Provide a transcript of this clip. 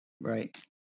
right